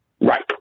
Right